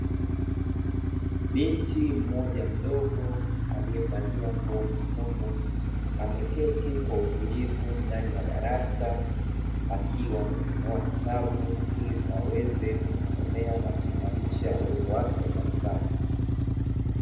Binti mmoja mdogo aliyevalia nguo nyekundu, ameketi kwa utulivu ndani ya darasa; akiwa amefunua kitabu ili aweze kujisomea na kuimarisha uwezo wake wa darasani.